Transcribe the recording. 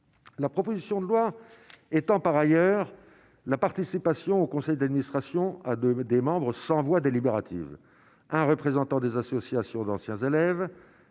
la proposition de loi étant par ailleurs la participation au conseil d'administration à 2 des membres, sans voix délibérative, un représentant des associations d'anciens élèves,